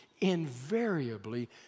invariably